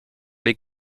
les